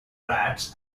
rats